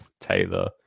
Taylor